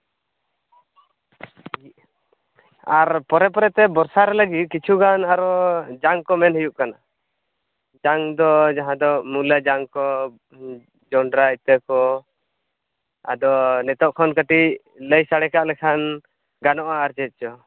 ᱟᱨ ᱯᱚᱨᱮ ᱯᱚᱨᱮ ᱛᱮ ᱵᱚᱨᱥᱟ ᱨᱮ ᱞᱟᱹᱜᱤᱫ ᱠᱤᱪᱷᱩ ᱜᱟᱱ ᱟᱨᱚ ᱡᱟᱝ ᱠᱚ ᱢᱮᱱ ᱦᱩᱭᱩᱜ ᱠᱟᱱᱟ ᱡᱟᱝ ᱫᱚ ᱡᱟᱦᱟᱸ ᱫᱚ ᱢᱩᱞᱟᱹ ᱡᱟᱝ ᱠᱚ ᱡᱚᱱᱰᱨᱟ ᱤᱛᱟᱹ ᱠᱚ ᱟᱫᱚ ᱱᱤᱛᱳᱜ ᱠᱷᱚᱱ ᱠᱟᱹᱴᱤᱡ ᱞᱟᱹᱭ ᱥᱟᱲᱮ ᱠᱟᱜ ᱞᱮᱠᱷᱟᱱ ᱜᱟᱱᱚᱜᱼᱟ ᱟᱨ ᱪᱮᱫ ᱪᱚ